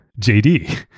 jd